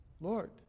Lord